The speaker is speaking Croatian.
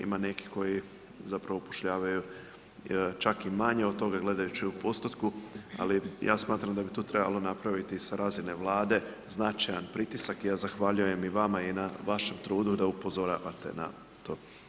Ima nekih koji zapravo upošljavaju čak i manje od toga gledajući u postotku, ali ja smatram da bi to trebalo napraviti sa razine Vlade značajan pritisak i ja zahvaljujem i vama na vašem trudu da upozoravate na to.